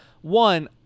One